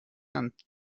and